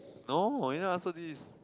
no ya so this is